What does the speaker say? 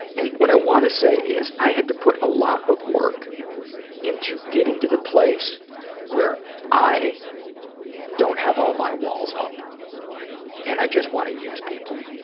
and, what i want to say is, i had to put a lot of work into getting to the place where i don't have all my walls up and i just want to use people.